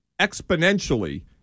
exponentially